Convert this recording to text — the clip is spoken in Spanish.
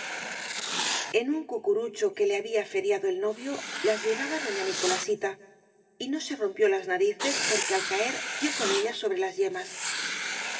en un cucurucho que le había feriado el novio las llevaba doña nicolasita y no se rompió las na rices porque al caer dió con ellas sobre las yemas